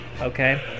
okay